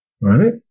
right